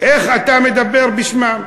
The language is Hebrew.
איך אתה מדבר בשמם.